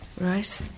right